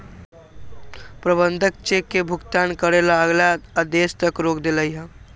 प्रबंधक चेक के भुगतान करे ला अगला आदेश तक रोक देलई ह